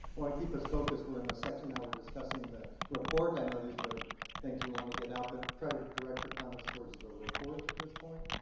want to keep us focused. we're in this section now, we're discussing the report. i know these were things we want to get out, but try to direct your comments towards the report at this point.